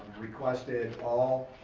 requested all,